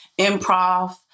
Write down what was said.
Improv